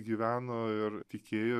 gyveno ir tikėjo